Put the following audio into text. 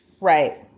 Right